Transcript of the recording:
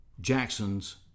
Jackson's